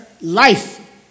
Life